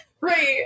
Right